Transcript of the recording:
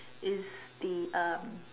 is the uh